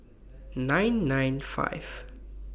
nine nine five